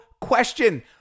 question